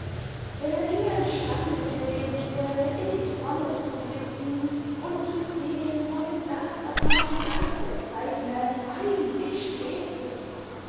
wenn er nur im stande gewesen wäre in die ferne zu blicken und zu sehen wohin das was man den geist der zeit nennt eigentlich strebte